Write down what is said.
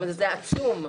זה עצום.